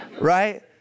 right